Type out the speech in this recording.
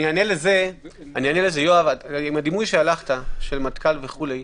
אני אענה לזה עם הדימוי שלך של המטכ"ל וכולי.